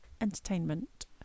entertainment